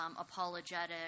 apologetic